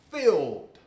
filled